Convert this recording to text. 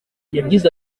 yagize